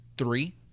three